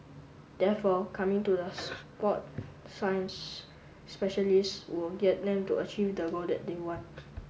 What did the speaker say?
therefore coming to the sport science specialist will get them to achieve the goal that they want